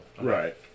Right